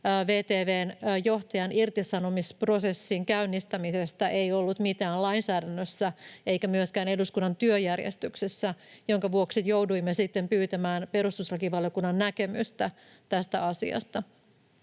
VTV:n johtajan irtisanomisprosessin käynnistämisestä ei ollut mitään lainsäädännössä eikä myöskään eduskunnan työjärjestyksessä, minkä vuoksi jouduimme sitten pyytämään perustuslakivaliokunnan näkemystä tästä asiasta.